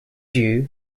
you